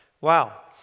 Wow